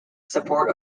support